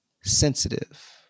sensitive